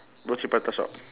roti prata shop